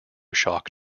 shock